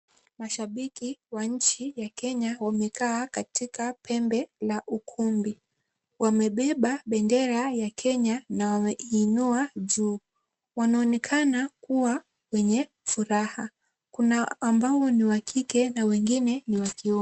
Mashabiki wa nchi ya Kenya wamekaa katika pembe la ukumbi. Wamebeba bendera ya Kenya na wameinua juu. Wanaonekana kuwa wenye furaha, kuna ambao ni wa kike na wengine wa kiume.